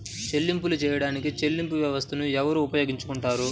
చెల్లింపులు చేయడానికి చెల్లింపు వ్యవస్థలను ఎవరు ఉపయోగించుకొంటారు?